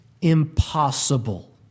impossible